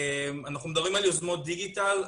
אנחנו מדברים על יוזמות דיגיטל,